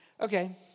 Okay